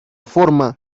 forma